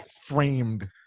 Framed